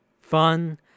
fun